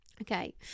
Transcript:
Okay